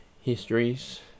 histories